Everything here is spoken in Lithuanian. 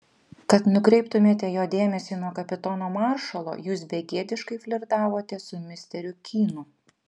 kad nukreiptumėte jo dėmesį nuo kapitono maršalo jūs begėdiškai flirtavote su misteriu kynu